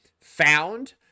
found